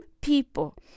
people